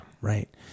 right